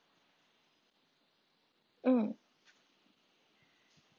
mm